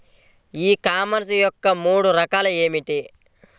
ఈ కామర్స్ యొక్క మూడు రకాలు ఏమిటి?